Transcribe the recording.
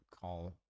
call